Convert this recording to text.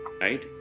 right